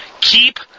keep